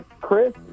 Chris